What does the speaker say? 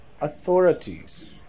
authorities